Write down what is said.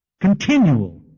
Continual